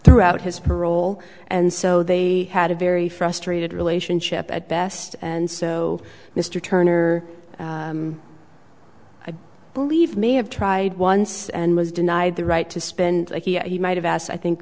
throughout his parole and so they had a very frustrated relationship at best and so mr turner i believe may have tried once and was denied the right to spend he might have asked i think